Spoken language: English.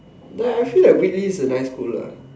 ya I feel like Whitley is a nice school lah